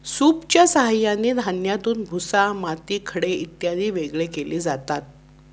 सूपच्या साहाय्याने धान्यातून भुसा, माती, खडे इत्यादी वेगळे केले जातात